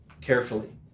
carefully